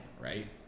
right